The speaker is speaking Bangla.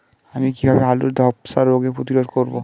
আমি কিভাবে আলুর ধ্বসা রোগ প্রতিরোধ করব?